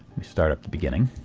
me start at the beginning.